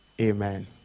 Amen